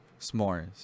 s'mores